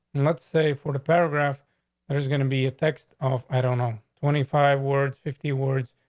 let's say for the paragraph there's gonna be a text off. i don't know. twenty five words, fifty words.